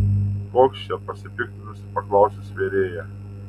koks čia pasipiktinusi paklausė svėrėja